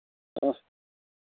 অঁ